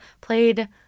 played